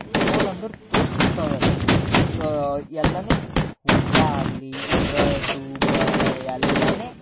ತೋಲ ಅಂದ್ರೆ ತೋಲ ಸಸ್ತಾ ಅದ ರೀ ಎಲ್ಲಾವೂ ಊಟ ಆಗಲಿ ಇರೋದು ಬರೋ ಎಲ್ಲವೂ